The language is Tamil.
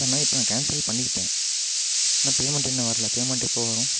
அதை நான் இப்போ நான் கேன்சல் பண்ணிக்கிட்டேன் ஆனால் பேமண்ட் இன்னும் வர்லை பேமண்ட் எப்போது வரும்